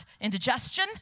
indigestion